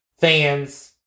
fans